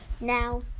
now